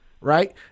Right